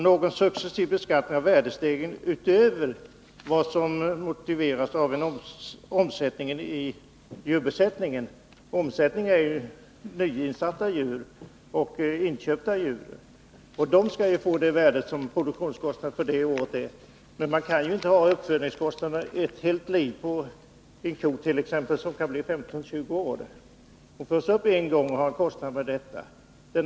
Någon successiv beskattning av värdestegringen utöver vad som motiveras av omsättningen i djurbesättning en har man inte tänkt sig. Omsättningen består ju av nyinsatta och inköpta djur, och de skall åsättas den produktionskostnad som gäller för respektive år. Men man kan inte behålla samma uppfödningskostnad för t.ex. en ko, sedan denna väl är uppfödd, under hela dess livstid på kanske 15-20 år.